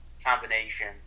combination